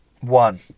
one